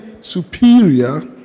superior